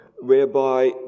whereby